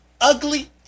ugly